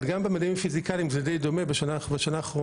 אבל גם במדעים פיזיקליים זה דיי דומה בשנה האחרונה,